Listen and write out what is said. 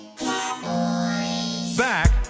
Back